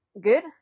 good